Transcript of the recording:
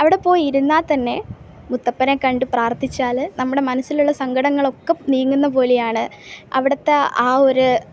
അവിടെ പോയി ഇരുന്നാൽ തന്നെ മുത്തപ്പനെ കണ്ട് പ്രാർഥിച്ചാൽ നമ്മുടെ മനസ്സിലുള്ള സങ്കടങ്ങളൊക്ക നീങ്ങുന്ന പോലെയാണ് അവിടുത്തെ ആ ഒരു